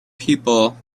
people